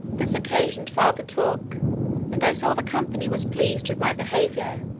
this occasioned farther talk and i saw the company was pleased with my behaviour,